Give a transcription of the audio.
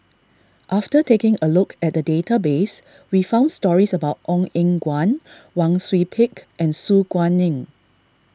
after taking a look at the database we found stories about Ong Eng Guan Wang Sui Pick and Su Guaning